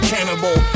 Cannibal